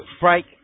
break